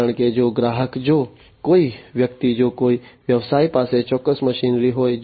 કારણ કે જો ગ્રાહક જો કોઈ વ્યક્તિ જો કોઈ વ્યવસાય પાસે ચોક્કસ મશીનરી હોય